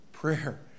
prayer